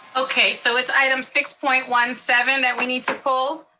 okay, so it's item six point one seven that we need to pull?